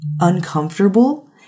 uncomfortable